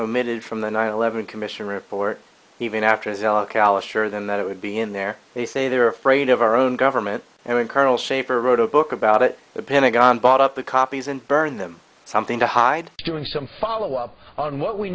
omitted from the nine eleven commission report even after sure then that it would be in there they say they were afraid of our own government and when colonel shaffer wrote a book about it the pentagon bought up the copies and burn them something to hide doing some follow up on what we